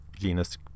genus